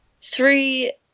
Three